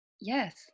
Yes